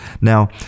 Now